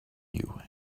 you